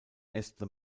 esther